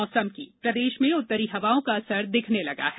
मौसम प्रदेश में उत्तरी हवाओं का असर दिखने लगा है